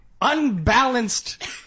unbalanced